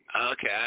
Okay